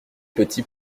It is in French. petit